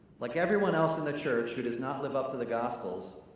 like everyone else in the church who does not live up to the gospels,